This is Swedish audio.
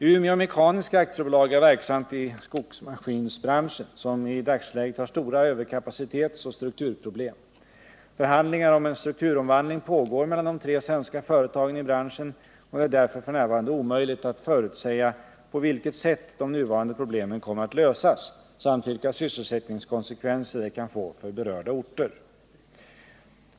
Umeå Mekaniska AB är verksamt i skogsmaskinbranschen, som i dagsläget har stora överkapacitetsoch strukturproblem. Förhandlingar om en strukturomvandling pågår mellan de tre svenska företagen i branschen, och det är därför f.n. omöjligt att förutsäga på vilket sätt de nuvarande problemen kommer att lösas samt vilka sysselsättningskonsekvenser det kan få för berörda orter.